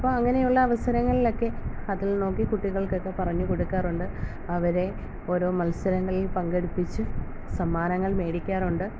അപ്പം അങ്ങനെയുള്ള അവസരങ്ങളിലൊക്കെ അതിൽ നോക്കി കുട്ടികൾക്കക്കെ പറഞ്ഞുകൊടുക്കാറുണ്ട് അവരെ ഓരോ മത്സരങ്ങളിൽ പങ്കെടുപ്പിച്ച് സമ്മാനങ്ങൾ മേടിയ്ക്കാറുണ്ട്